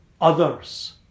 others